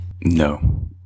No